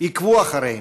עקבו אחרינו,